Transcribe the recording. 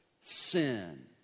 sin